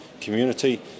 community